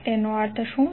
તેનો અર્થ શું છે